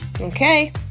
Okay